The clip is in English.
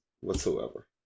whatsoever